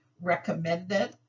recommended